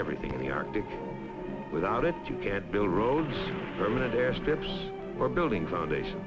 everything in the arctic without it you can't build roads permanent airstrips or building foundation